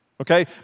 Okay